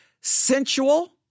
Sensual